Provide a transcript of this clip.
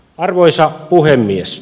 arvoisa puhemies